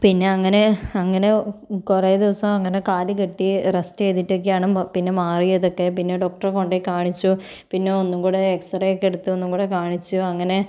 പിന്നെ അങ്ങനെ അങ്ങനെ കുറെ ദിവസമങ്ങനെ കാലു കെട്ടി റസ്റ്റ് ചെയ്തിട്ട് ഒക്കെ ആണ് പിന്നെ മാറിയതൊക്കെ പിന്നെ ഡോക്ടറെ കൊണ്ട് കാണിച്ചു പിന്നെ ഒന്നും കൂടെ എക്സറേ ഒക്കെ എടുത്തു ഒന്നും കൂടെ കാണിച്ചു അങ്ങനെ